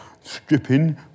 stripping